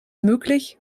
möglich